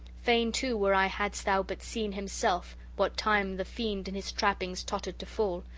fain, too, were i hadst thou but seen himself, what time the fiend in his trappings tottered to fall!